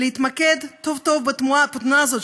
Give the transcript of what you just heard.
להתמקד טוב טוב בתמונה הזאת,